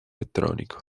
elettronico